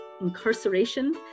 incarceration